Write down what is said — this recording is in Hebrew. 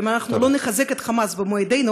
ואם אנחנו נחזק את "חמאס" במו ידינו,